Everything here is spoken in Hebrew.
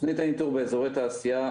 תוכנית הניטור באזורי תעשייה